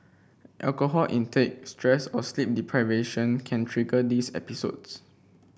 alcohol intake stress or sleep deprivation can trigger these episodes